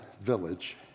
village